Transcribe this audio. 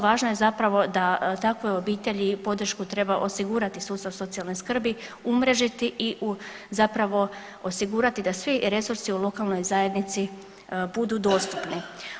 Važno je zapravo da takvoj obitelji podršku treba osigurati sustav socijalne skrbi, umrežiti i zapravo osigurati da svi resursi u lokalnoj zajednici budu dostupni.